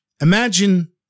Imagine